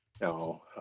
No